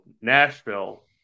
nashville